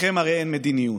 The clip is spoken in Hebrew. לכם הרי אין מדיניות.